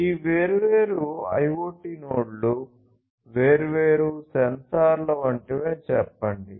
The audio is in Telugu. ఈ వేర్వేరు IoT నోడ్లు వేర్వేరు సెన్సార్ల వంటివి అని చెప్పండి